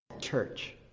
church